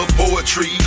poetry